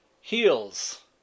Heels